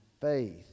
faith